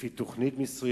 לפי תוכנית מסוימת.